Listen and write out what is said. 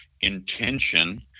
intention